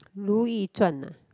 Ru-Yi-Zhuan ah